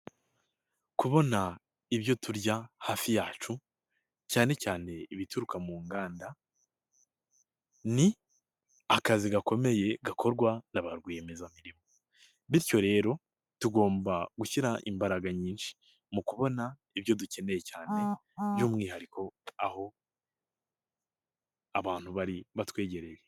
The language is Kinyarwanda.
Kubona ibyo turya hafi yacu cyane cyane ibituruka mu nganda ni akazi gakomeye gakorwa na ba rwiyemezamirimo, bityo rero tugomba gushyira imbaraga nyinshi mu kubona ibyo dukeneye cyane by'umwihariko aho abantu bari batwegereye.